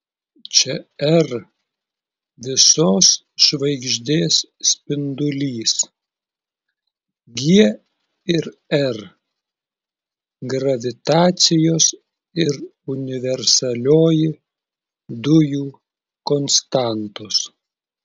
čia r visos žvaigždės spindulys g ir r gravitacijos ir universalioji dujų konstantos